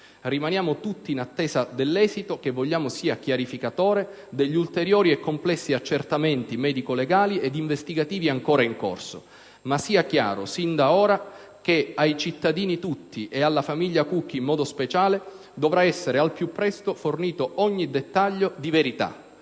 Rimaniamo tutti in attesa dell'esito, che vogliamo sia chiarificatore, degli ulteriori e complessi accertamenti medico‑legali e investigativi ancora in corso. Ma sia chiaro sin da ora che ai cittadini tutti e alla famiglia Cucchi in modo speciale dovrà essere al più presto fornito ogni dettaglio di verità,